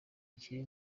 nshyire